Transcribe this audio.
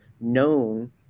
known